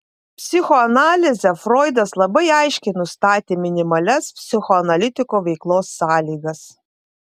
psichoanalize froidas labai aiškiai nustatė minimalias psichoanalitiko veiklos sąlygas